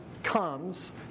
comes